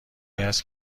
است